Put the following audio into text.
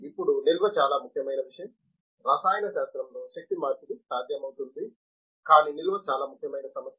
ఇప్పుడు నిల్వ చాలా ముఖ్యమైన విషయం రసాయన శాస్త్రంలో శక్తి మార్పిడి సాధ్యమవుతుంది కానీ నిల్వ చాలా ముఖ్యమైన సమస్య